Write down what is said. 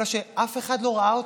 אלא שאף אחד לא ראה אותו.